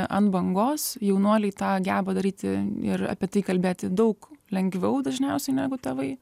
ant bangos jaunuoliai tą geba daryti ir apie tai kalbėti daug lengviau dažniausiai negu tėvai